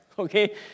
Okay